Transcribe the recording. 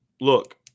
look